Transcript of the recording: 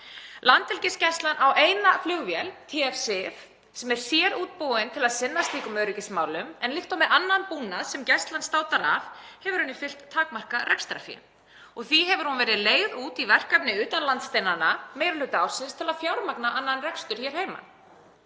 Landhelgisgæsla á eina flugvél, TF-SIF, sem er sérútbúin til að sinna slíkum öryggismálum en líkt og með annan búnað sem Gæslan státar af hefur henni fylgt takmarkað rekstrarfé. Því hefur hún verið leigð út í verkefni utan landsteinanna meiri hluta ársins til að fjármagna annan rekstur hér heima.